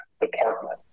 department